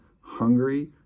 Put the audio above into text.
hungry